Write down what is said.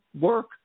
work